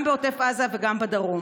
ולהקל עליה גם בעוטף עזה וגם בדרום.